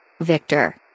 Victor